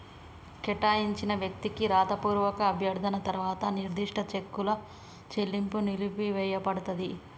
కేటాయించిన వ్యక్తికి రాతపూర్వక అభ్యర్థన తర్వాత నిర్దిష్ట చెక్కుల చెల్లింపు నిలిపివేయపడతది